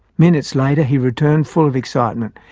minutes later, he returned, full of excitement.